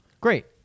Great